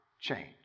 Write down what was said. change